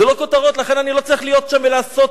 זה לא כותרות, לכן אני לא צריך להיות שם ולעשות